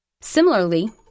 Similarly